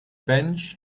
bench